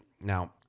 Now